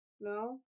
No